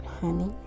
honey